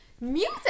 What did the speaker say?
Music